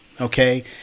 okay